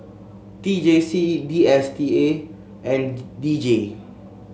T J C D S T A and D J